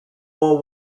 war